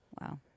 Wow